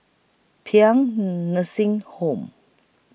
Paean Nursing Home